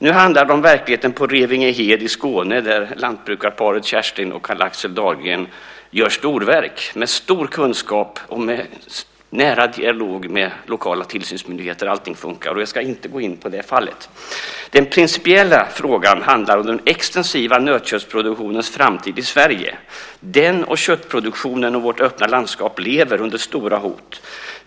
Nu handlar det om verkligheten på Revingehed i Skåne där lantbrukarparet Kerstin och Carl-Axel Dahlgren gör storverk med stor kunskap och nära dialog med lokala tillsynsmyndigheter, och allting fungerar. Jag ska inte gå in på det fallet. Den principiella frågan handlar om den extensiva nötköttsproduktionens framtid i Sverige. Den och köttproduktionen i övrigt och vårt öppna landskap lever under stora hot.